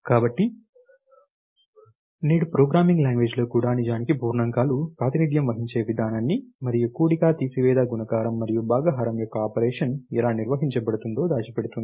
కాబట్టి నేడు programming language లో కూడా నిజానికి పూర్ణాంకాలు ప్రాతినిధ్యం వహించే విధానాన్ని మరియు కూడిక తీసివేత గుణకారం మరియు భాగహారం యొక్క ఆపరేషన్ ఎలా నిర్వహించబడుతుందో దాచిపెడుతుంది